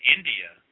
India –